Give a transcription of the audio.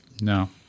no